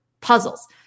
puzzles